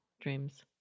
dreams